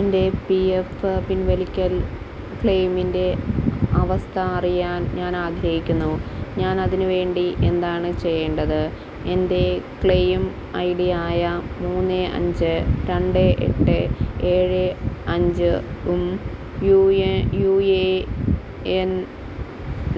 എന്റെ P F പിന്വലിക്കല് ക്ലെയിമിന്റെ അവസ്ഥ അറിയാന് ഞാൻ ആഗ്രഹിക്കുന്നു ഞാൻ അതിന് വേണ്ടി എന്താണ് ചെയ്യണ്ടത് എന്റെ ക്ലെയിം ഐ ഡി യായ മൂന്ന് അഞ്ച് രണ്ട് എട്ട് ഏഴ് അഞ്ചും U A U A N